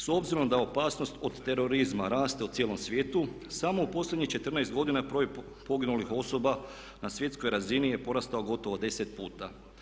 S obzirom da opasnost od terorizma raste u cijelom svijetu, samo u posljednjih 14 godina broj poginulih osoba na svjetskoj razini je porastao gotovo 10 puta.